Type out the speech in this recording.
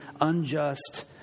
unjust